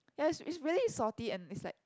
ya it's it's really salty and it's like